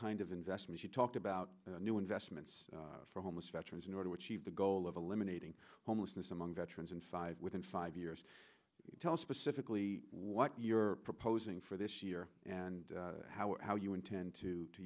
kind of investments you talked about new investments for homeless veterans in order to achieve the goal of eliminating homelessness among veterans in five within five years tell specifically what you're proposing for this year and how how you intend to